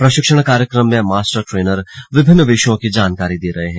प्रशिक्षण कार्यक्रम में मास्टर ट्रेनर विभिन्न विषयों की जानकारी दे रहे हैं